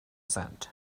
sent